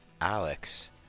Alex